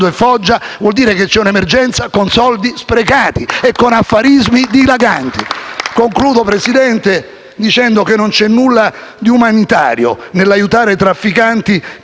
e Foggia vuol dire che c'è un'emergenza con soldi sprecati e con affarismi dilaganti. *(Applausi dal Gruppo FI-BP)*. Concludo, Presidente, dicendo che non c'è nulla di umanitario nell'aiutare trafficanti